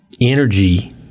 Energy